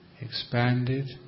expanded